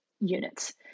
units